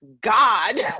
God